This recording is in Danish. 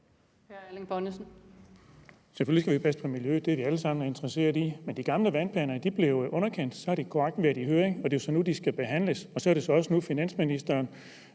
Erling Bonnesen (V): Selvfølgelig skal vi passe på miljøet – det er vi alle sammen interesseret i. Men de gamle vandplaner blev jo underkendt. Så er det korrekt, at de har været i høring, og det er så nu, de skal behandles. Og så er det også nu, finansministeren